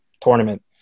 tournament